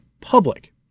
public